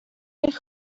eich